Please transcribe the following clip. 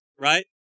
right